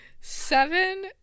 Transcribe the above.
seven